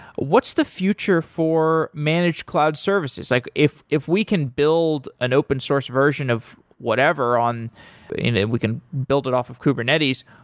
what's the future for managed cloud services? like if if we can build an open-source version of whatever on and we can build off of kubernetes,